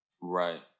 right